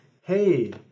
hey